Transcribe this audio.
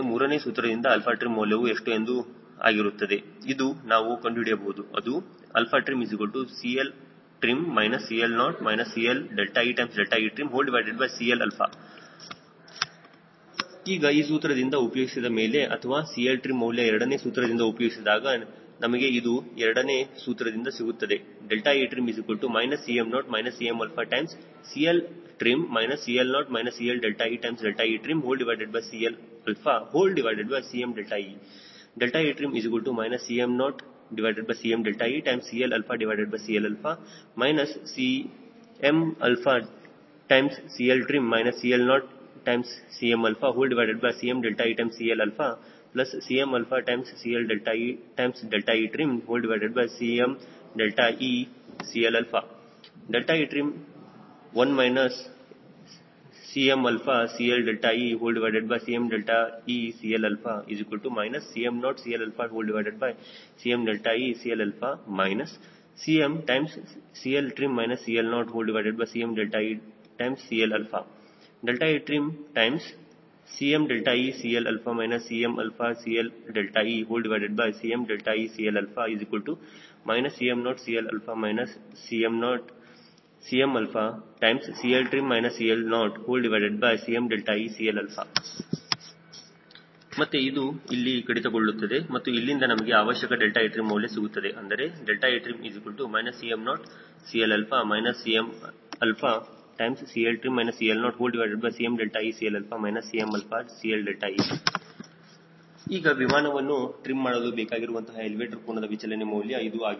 ಮೂರನೇ ಸೂತ್ರದಿಂದ 𝛼trim ಮೌಲ್ಯವು ಎಷ್ಟು ಆಗಿರುತ್ತದೆ ಎಂದು ನಾವು ಕಂಡುಹಿಡಿಯಬಹುದು ಅದು trimCLtrim CL0 CLee trimCL ಈಗ ಈ ಸೂತ್ರದಲ್ಲಿ ಉಪಯೋಗಿಸಿದ ಮೇಲೆ ಅಥವಾ 𝛼trim ಮೌಲ್ಯ ಎರಡನೇ ಸೂತ್ರದಲ್ಲಿ ಉಪಯೋಗಿಸಿದಾಗ ನಮಗೆ ಇದು 2ನ್ ಸೂತ್ರದಿಂದ ಸಿಗುತ್ತದೆ etrim Cm0 CmCLtrim CL0 CLeetrimCLCme etrim Cm0CLCmeCL CmCLtrim CL0CmCmeCLCmCLeetrimCmeCL etrim1 CmCLeCmeCL Cm0CLCmeCL CmCLtrim CL0CmeCL etrimCmeCL CmCLeCmeCL Cm0CL CmCLtrim CL0CmeCL ಇದು ಮತ್ತೆ ಇದು ಕಡಿತಗೊಳ್ಳುತ್ತದೆ ಮತ್ತು ಇಲ್ಲಿಂದ ನಮಗೆ ಅವಶ್ಯಕ 𝛿etrim ಮೌಲ್ಯ ಸಿಗುತ್ತದೆ ಅಂದರೆ etrim Cm0CL CmCLtrim CL0CmeCL CmCLe ಈಗ ವಿಮಾನವನ್ನು ಟ್ರಿಮ್ ಮಾಡಲು ಬೇಕಾಗಿರುವಂತಹ ಎಲಿವೇಟರ್ ಕೋನದ ವಿಚಲನೆ ಮೌಲ್ಯ ಇದು ಆಗಿರುತ್ತದೆ